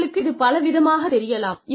உங்களுக்கு இது பல விதமாகத் தெரியலாம்